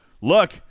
look